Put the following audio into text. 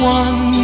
one